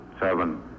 seven